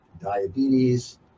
diabetes